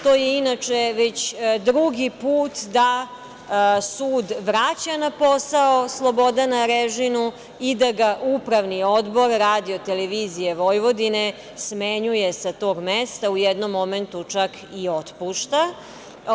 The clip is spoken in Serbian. To je inače već drugi put da sud vraća na posao Slobodana Arežinu i da ga Upravni odbor RTV smenjuje sa tog mesta, u jednom momentu čak i otpušta.